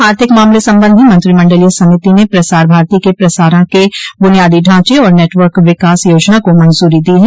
आर्थिक मामले संबंधी मंत्रिमंडलीय समिति ने प्रसार भारती के प्रसारण के बुनियादी ढांचे और नेटवर्क विकास योजना को मंजूरी दी है